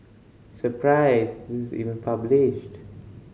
surprised this is even published